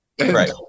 Right